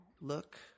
look